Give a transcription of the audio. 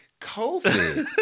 COVID